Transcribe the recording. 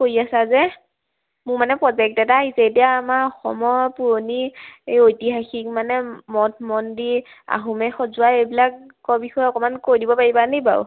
কৰি আছা যে মোৰ মানে প্ৰজেক্ট এটা আহিছে এতিয়া আমাৰ অসমৰ পুৰণি এই ঐতিহাসিক মানে মঠ মন্দিৰ আহোমে সজোৱা এইবিলাকৰ বিষয়ে অকণমান কৈ দিব পাৰিবা নেকি বাৰু